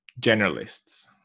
generalists